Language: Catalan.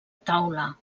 taula